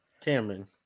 Cameron